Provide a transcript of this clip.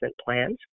plans